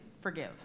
forgive